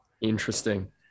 Interesting